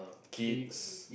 kids